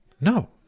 no